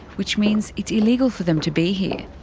which means it's illegal for them to be here.